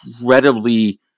incredibly